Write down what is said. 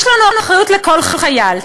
יש לנו אחריות לכל חייל.